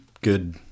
good